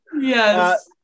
Yes